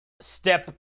step